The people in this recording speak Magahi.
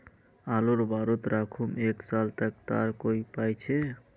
आलूर बारित राखुम एक साल तक तार कोई उपाय अच्छा?